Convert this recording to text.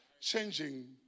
changing